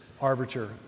arbiter